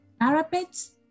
parapets